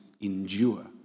endure